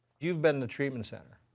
you've been the treatment center.